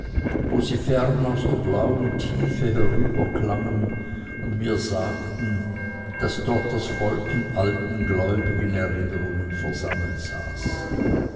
wo sie fern aus der blauen tiefe herüberklangen und mir sagten daß dort das volk in alten gläubigen erinnerungen versammelt saß